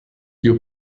you